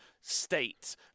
state